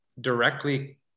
directly